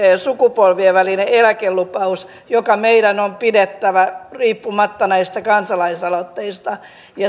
sukupolvien välinen eläkelupaus joka meidän on pidettävä riippumatta näistä kansalaisaloitteista